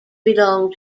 belong